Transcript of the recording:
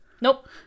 Nope